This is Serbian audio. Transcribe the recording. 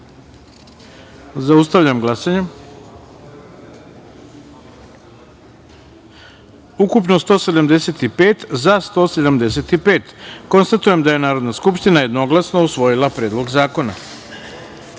taster. Zaustavljam glasanje: ukupno 175, za – 175.Konstatujem da je Narodna skupština jednoglasno usvojila Predlog zakona. Četvrta